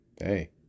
hey